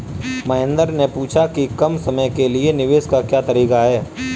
महेन्द्र ने पूछा कि कम समय के लिए निवेश का क्या तरीका है?